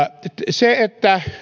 se että